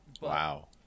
Wow